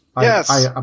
Yes